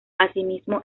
asimismo